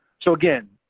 so again,